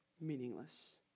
meaningless